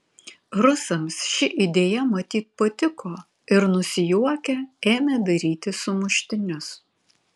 rusams ši idėja matyt patiko ir nusijuokę ėmė daryti sumuštinius